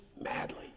madly